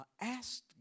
asked